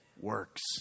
works